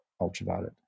ultraviolet